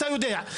אתה יודע,